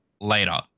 later